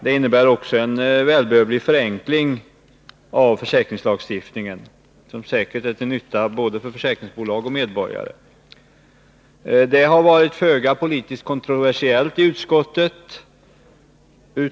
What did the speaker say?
Det innebär också en välbehövlig förenkling av försäkringslagstiftningen, som säkert är till nytta både för försäkringsbolagen och för medborgare. Ärendet har varit föga politiskt kontroversiellt i utskottet.